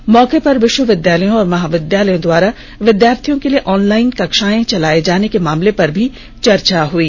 इस मौके पर विष्वविद्यालयों और महाविद्यालयों द्वारा विद्यार्थियों के लिए ऑनलाइन कक्षाएं चलाए जाने के मामले पर भी चर्चा हुई